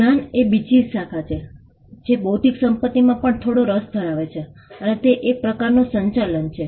જ્ઞાનએ બીજી શાખા છે જે બૌદ્ધિક સંપતિમાં પણ થોડો રસ ધરાવે છે તથા તે એક પ્રકારનું સંચાલન છે